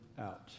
out